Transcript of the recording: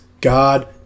God